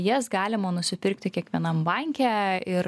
jas galima nusipirkti kiekvienam banke ir